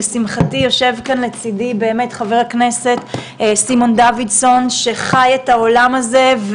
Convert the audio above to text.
לשמחתי יושב כאן לצידי חבר הכנסת סימון דוידסון שחי את העולם הזה,